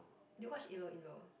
did you watch Ilo-Ilo